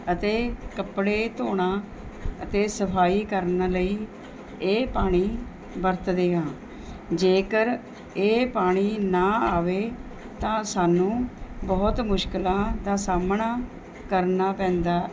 ਅਤੇ ਕੱਪੜੇ ਧੋਣਾ ਅਤੇ ਸਫਾਈ ਕਰਨ ਲਈ ਇਹ ਪਾਣੀ ਵਰਤਦੇ ਹਾਂ ਜੇਕਰ ਇਹ ਪਾਣੀ ਨਾ ਆਵੇ ਤਾਂ ਸਾਨੂੰ ਬਹੁਤ ਮੁਸ਼ਕਲਾਂ ਦਾ ਸਾਹਮਣਾ ਕਰਨਾ ਪੈਂਦਾ